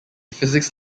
physics